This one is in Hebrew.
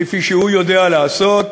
כפי שהוא יודע לעשות,